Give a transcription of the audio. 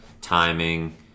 timing